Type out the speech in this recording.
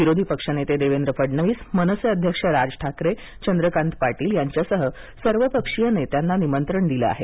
विरोधी पक्षनेते देवेंद्र फडणवीस मनसे अध्यक्ष राज ठाकरे चंद्रकांत पाटील यांच्यासह सर्वपक्षीय नेत्यांना निमंत्रण दिले आहे